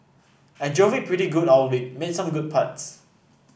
I drove it pretty good all week made some good putts